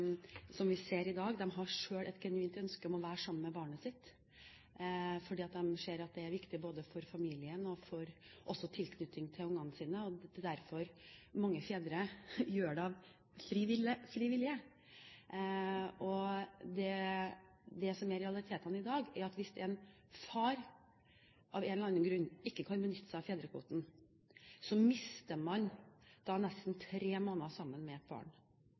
som vi ser i dag, selv har et genuint ønske om å være sammen med barnet sitt, fordi de ser at det er viktig både for familien og for tilknytningen til barna sine. Det er derfor mange fedre gjør det av fri vilje. Det som er realiteten i dag, er at hvis en far av en eller annen grunn ikke kan benytte seg av fedrekvoten, mister man nesten tre måneder sammen med